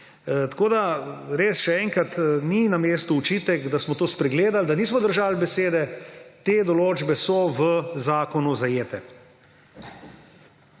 Tako res, še enkrat: ni na mestu očitek, da smo to spregledali, da nismo držali besede. Te določbe so v zakonu zajete.